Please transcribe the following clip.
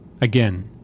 Again